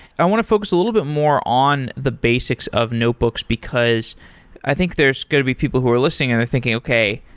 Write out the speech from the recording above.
i want to focus a little bit more on the basics of notebooks, because i think there're going to be people who are listening and are thinking, okay,